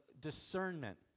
discernment